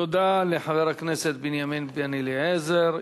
תודה לחבר הכנסת בנימין בן-אליעזר.